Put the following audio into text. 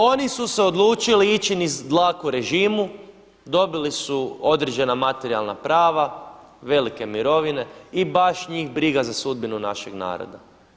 Oni su se odlučili ići niz dlaku režimu, dobili su određena materijalna prava, velike mirovine i baš njih briga za sudbinu našeg naroda.